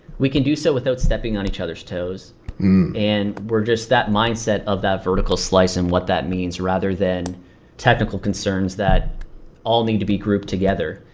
we can do so without stepping on each other s toes and we're just that mindset of that vertical slice and what that means rather than technical concerns that all need to be grouped together.